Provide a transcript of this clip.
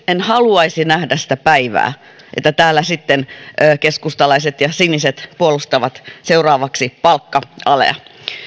en haluaisi nähdä sitä päivää että täällä sitten keskustalaiset ja siniset puolustavat seuraavaksi palkka alea